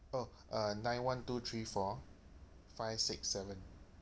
oh uh nine one two three four five six seven